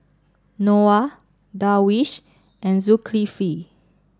Noah Darwish and Zulkifli